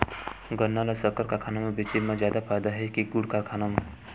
गन्ना ल शक्कर कारखाना म बेचे म जादा फ़ायदा हे के गुण कारखाना म?